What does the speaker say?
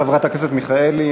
חברת הכנסת מיכאלי,